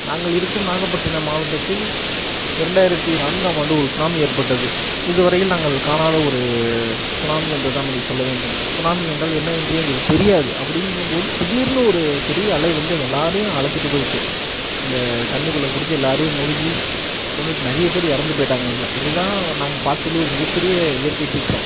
நாங்கள் இருக்கும் நாகப்பட்டினம் மாவட்டத்தில் இரண்டாயிரத்து நான்காம் ஆண்டு ஒரு சுனாமி ஏற்பட்டது இது வரையில் நாங்கள் காணாத ஒரு சுனாமி என்று தான் அதை சொல்ல வேண்டும் சுனாமி என்றால் என்ன வென்று எங்களுக்கு தெரியாது அப்படின்ற போது திடீர்ன்னு ஒரு பெரிய அலை வந்து எங்க எல்லாரையும் அழைச்சிட்டு போயிவிட்டு இந்த தண்ணி குள்ளே பிடிச்சி எல்லாரையும் மூழ்கி கொன்னுட்டு நிறைய பேர் இறந்து போயிவிட்டாங்க அதில் இது தான் நாங்கள் பார்த்ததுலையே ஒரு மிக பெரிய இயற்கை சீற்றம்